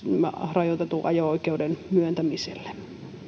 rajoitetun ajo oikeuden myöntämiselle